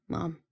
Mom